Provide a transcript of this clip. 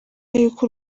y’uko